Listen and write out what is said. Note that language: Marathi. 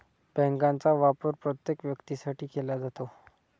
बँकांचा वापर प्रत्येक व्यक्तीसाठी केला जातो